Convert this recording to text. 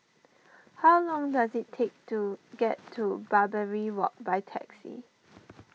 how long does it take to get to Barbary Walk by taxi